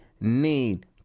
need